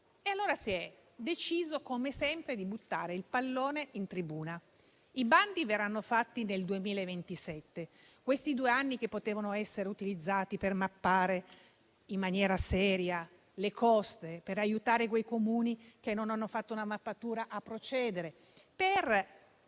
e allora si è deciso, come sempre, di buttare il pallone in tribuna. I bandi verranno fatti nel 2027, ma questi due anni potevano essere utilizzati per mappare in maniera seria le coste, per aiutare quei Comuni che non hanno fatto una mappatura a procedere e per